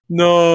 no